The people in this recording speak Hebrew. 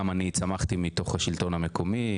גם אני צמחתי מתוך השלטון המקומי,